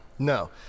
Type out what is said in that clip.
No